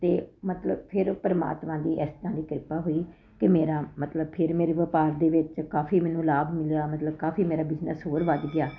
ਅਤੇ ਮਤਲਬ ਫਿਰ ਪਰਮਾਤਮਾ ਦੀ ਇਸ ਤਰ੍ਹਾਂ ਦੀ ਕਿਰਪਾ ਹੋਈ ਕਿ ਮੇਰਾ ਮਤਲਬ ਫਿਰ ਵਪਾਰ ਦੇ ਵਿੱਚ ਕਾਫ਼ੀ ਮੈਨੂੰ ਲਾਭ ਮਿਲਿਆ ਮਤਲਬ ਕਾਫ਼ੀ ਮੇਰਾ ਬਿਜਨਸ ਹੋਰ ਵੱਧ ਗਿਆ